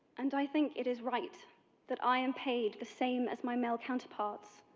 and i think it is right that i am paid the same as my male counterparts.